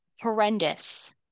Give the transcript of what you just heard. horrendous